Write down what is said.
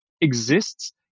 exists